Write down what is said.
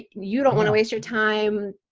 you don't want to waste your time.